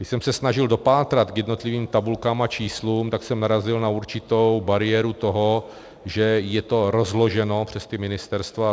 Když jsem se snažil dopátrat k jednotlivým tabulkám a číslům, tak jsem narazil na určitou bariéru toho, že je to rozloženo přes ta ministerstva.